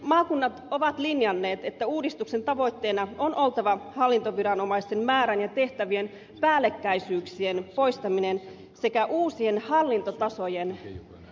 maakunnat ovat linjanneet että uudistuksen tavoitteena on oltava hallintoviranomaisten määrän ja tehtävien päällekkäisyyksien poistaminen sekä uusien hallintotasojen välttäminen